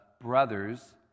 brothers